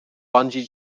bungee